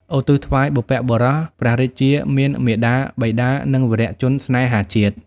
ឧទ្ទិសថ្វាយបុព្វបុរស ព្រះរាជាមានមាតា បិតា និងវីរជនស្នេហាជាតិ។